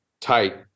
tight